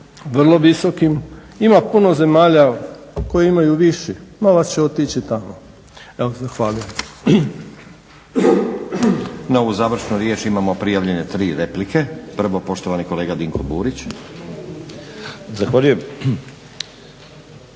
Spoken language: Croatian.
vrlo visokim. Ima puno zemalja koje imaju viši, novac će otići tamo. Evo zahvaljujem. **Stazić, Nenad (SDP)** Na ovu završnu riječ imamo prijavljene 3 replike. Prvo poštovani kolega Dinko Burić. **Burić,